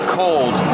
cold